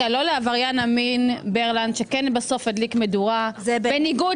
לא לעבריין המין ברלנד שבסוף כן הדליק מדורה בניגוד